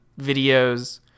videos